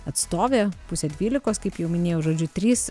atstovė pusę dvylikos kaip jau minėjau žodžiu trys